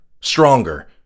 stronger